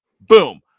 boom